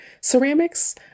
ceramics